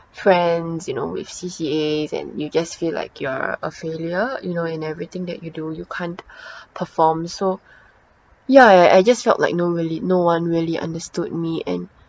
friends you know with C_C_As and you just feel like you're a failure you know in everything that you do you can't perform so yeah I I just felt like no really no one really understood me and